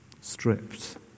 stripped